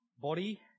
body